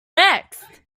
next